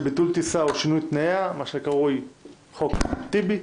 ביטול טיסה או שינוי בתנאיה) מה שקרוי "חוק טיבי"